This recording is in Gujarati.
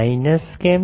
માઈનસ કેમ